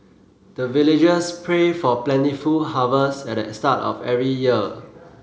the villagers pray for plentiful harvest at the start of every year